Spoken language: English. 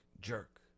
jerk